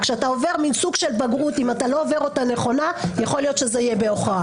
אם אתה לא עובר תהליך נכון של התבגרות,